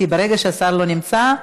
כי ברגע שהשר לא נמצא,